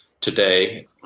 Today